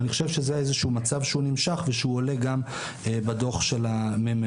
אני חושב שזה מצב שנמשך והוא עולה גם בדוח של הממ"מ.